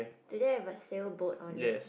do they have a sail boat on it